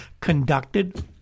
conducted